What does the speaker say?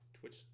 Twitch